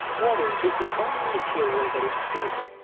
water is the only material that is stable.